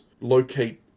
locate